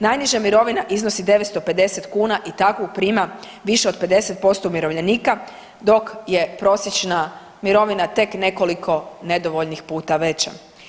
Najniža mirovina iznosi 950 kuna i takvu prima više od 50% umirovljenika, dok je prosječna mirovina tek nekoliko nedovoljnih puta veća.